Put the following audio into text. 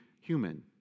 human